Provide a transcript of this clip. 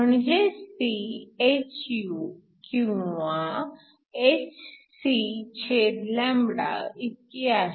म्हणजेच ती hυ किंवा hc इतकी आहे